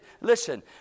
listen